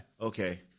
Okay